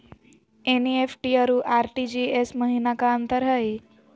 NEFT अरु RTGS महिना का अंतर हई?